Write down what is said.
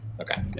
Okay